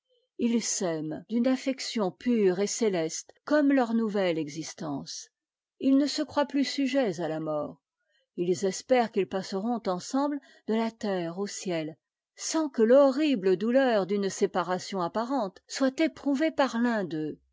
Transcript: ils s'aiment d'une affection pure m de sahran tt et céleste comme leur nouvelle existence ils ne se croient plus sujets à la mort ils espèrent qu'ils passeront ensemble de la terre au ciel sans que l'horrible douleur d'une séparation apparente soit éprouvée par l'un d'eux